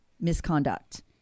misconduct